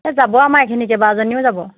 এ যাব আমাৰ এইখিনিৰ কেইবাজনীও যাব